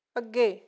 ਅੱਗੇ